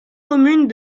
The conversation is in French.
communes